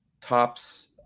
Tops